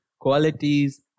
qualities